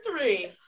three